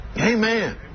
Amen